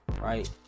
right